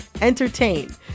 entertain